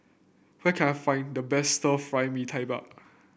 where can I find the best Stir Fry Mee Tai Mak